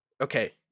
okay